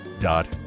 dot